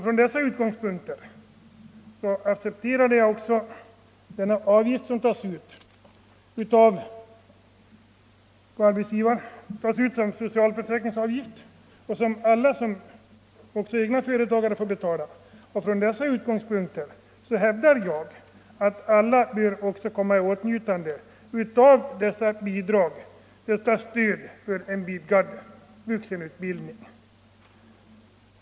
Från dessa utgångspunkter accepterade jag den avgift som skall tas ut som socialförsäkringsavgift och som alla, också egna företagare, får betala. Alla bör sålunda ha möjlighet att komma i åtnjutande av detta stöd för en vidgad vuxenutbildning.